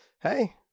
hey